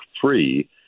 Free